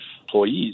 employees